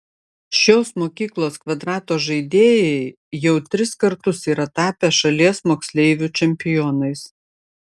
šios mokyklos kvadrato žaidėjai jau tris kartus yra tapę šalies moksleivių čempionais